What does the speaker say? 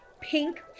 Pink